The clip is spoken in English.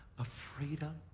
of freedom,